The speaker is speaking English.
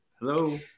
Hello